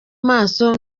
maso